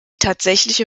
tatsächliche